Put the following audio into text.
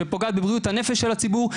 שפוגעת בבריאות הנפש של הציבור,